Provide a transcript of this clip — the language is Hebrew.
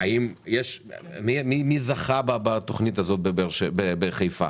מי זכה בתכנית הזאת בחיפה?